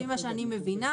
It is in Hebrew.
לפי מה שאני מבינה,